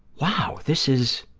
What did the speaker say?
wow, this is,